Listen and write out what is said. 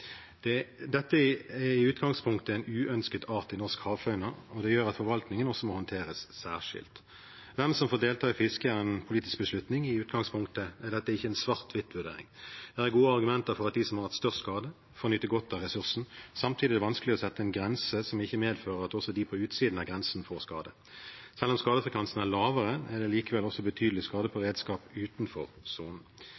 gang. Dette er i utgangspunktet en uønsket art i norsk havfauna, og det gjør at forvaltningen også må håndteres særskilt. Hvem som får delta i fisket, er en politisk beslutning. I utgangspunktet er dette ikke en svart-hvit vurdering. Det er gode argumenter for at de som har hatt størst skade, får nyte godt av ressursen. Samtidig er det vanskelig å sette en grense som ikke medfører at også de på utsiden av grensen får skade. Selv om skadefrekvensen er lavere, er det også betydelig skade på